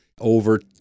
over